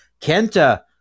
Kenta